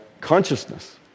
consciousness